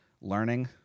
learning